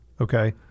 Okay